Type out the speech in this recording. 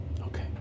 Okay